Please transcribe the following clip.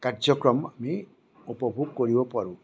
কাৰ্যক্ৰম আমি উপভোগ কৰিব পাৰোঁ